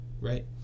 right